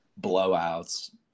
blowouts